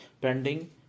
pending